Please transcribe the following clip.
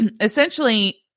essentially